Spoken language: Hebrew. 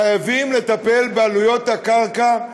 חייבים לטפל בעלויות הקרקע.